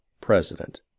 President